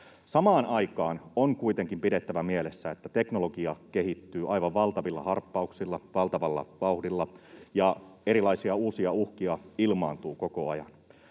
Samaan aikaan on kuitenkin pidettävä mielessä, että teknologia kehittyy aivan valtavilla harppauksilla, valtavalla vauhdilla, ja erilaisia uusia uhkia ilmaantuu koko ajan.